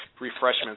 refreshments